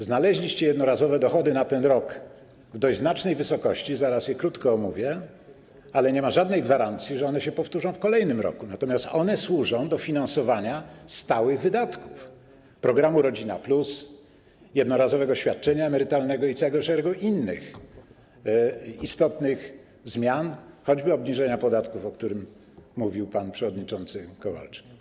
Znaleźliście jednorazowe dochody na ten rok w dość znacznej wysokości, zaraz je krótko omówię, ale nie ma żadnej gwarancji, że one się powtórzą w kolejnym roku, natomiast służą one do finansowania stałych wydatków: programu „Rodzina 500+”, jednorazowego świadczenia emerytalnego i całego szeregu innych istotnych zmian, jak choćby obniżenie podatków, o którym mówił pan przewodniczący Kowalczyk.